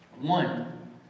One